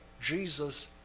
Jesus